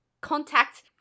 Contact